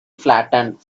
flattened